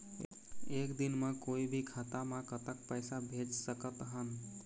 एक दिन म कोई भी खाता मा कतक पैसा भेज सकत हन?